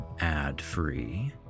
ad-free